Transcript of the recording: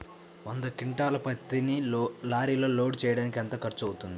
వంద క్వింటాళ్ల పత్తిని లారీలో లోడ్ చేయడానికి ఎంత ఖర్చవుతుంది?